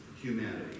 humanity